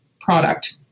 product